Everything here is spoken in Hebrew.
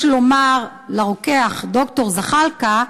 יש לומר לרוקח ד"ר זחאלקה: